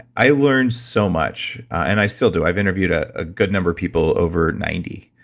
i learned so much and i still do i've interviewed a ah good number of people over ninety,